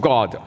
God